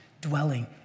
dwelling